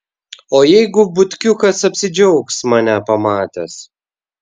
o jeigu butkiukas apsidžiaugs mane pamatęs